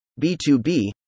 B2B